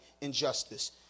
injustice